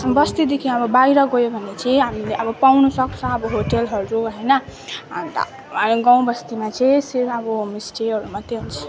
बस्तीदेखि अब बाहिर गयो भने चाहिँ हामीले अब पाउनु सक्छ अब होटेलहरू होइन अन्त गाउँ बस्तीमा चाहिँ सिर्फ अब होमस्टेहरू मात्रै हुन्छ